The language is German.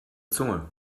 zunge